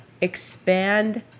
expand